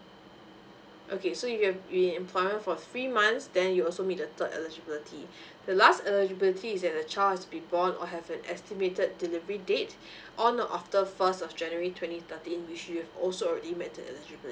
okay so you can you've employment for three months then you also meet the third eligibility the last eligibility is that the child has to be born or have it estimated delivery date on or after first of january twenty thirteen which you have also already meet the eligibility